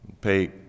pay